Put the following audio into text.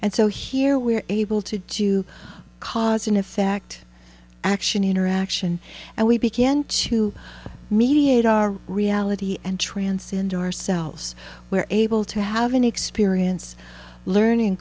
and so here we are able to do cause and effect action interaction and we begin to mediate our reality and transcend our selves where able to have an experience learning